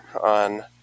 on